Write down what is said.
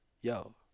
yo